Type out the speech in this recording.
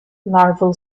larval